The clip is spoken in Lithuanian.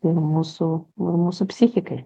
ir mūsų ir mūsų psichikai